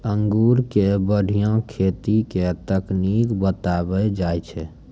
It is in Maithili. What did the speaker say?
अंगूर के बढ़िया खेती के तकनीक बतइलो जाय छै